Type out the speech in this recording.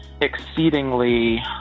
exceedingly